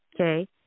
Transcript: okay